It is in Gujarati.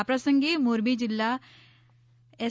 આ પ્રસંગે મોરબી જીલ્લા એસ